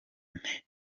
nte